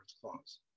Clause